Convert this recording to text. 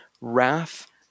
wrath